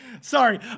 Sorry